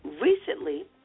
recently